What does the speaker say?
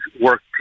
work